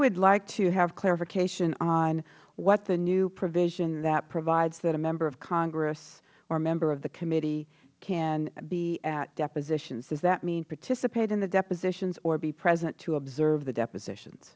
would like to have clarification on what the new provision that provides when a member of congress or a member of the committee can be at depositions does that mean participate in the depositions or be present to observe the depositions